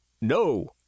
No